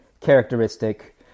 characteristic